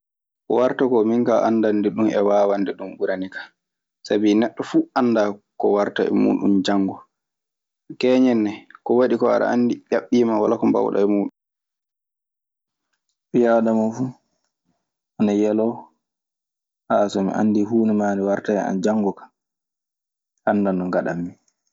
Ko warata ko min kaa anndande ɗun e waawande ɗun ɓurani kan. Sabi neɗɗo fuu annda ko waratra e muuɗun janngo. Keeñen ne ko waɗi koo aɗa anndi ƴaɓɓiima walaa ko mbaawɗaa e muuɗun. Ɓii aadama fuu ana yeloo so mi anndii nde maani warata e an janngo kaa, anndam no ngaɗammi.